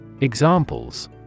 Examples